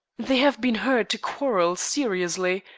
they have been heard to quarrel seriously,